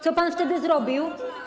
Co pan wtedy zrobił?